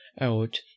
out